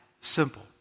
simple